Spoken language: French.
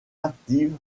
active